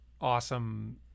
awesome